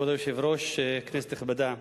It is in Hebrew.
כבוד היושב-ראש, כנסת נכבדה,